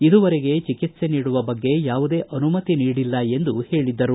ಇದುವರೆಗೆ ಚಿಕಿತ್ಸೆ ನೀಡುವ ಬಗ್ಗೆ ಯಾವುದೇ ಅನುಮತಿ ನೀಡಿಲ್ಲ ಎಂದು ಹೇಳಿದರು